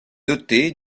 dotée